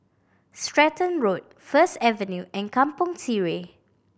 Stratton Road First Avenue and Kampong Sireh